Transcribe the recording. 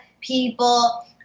People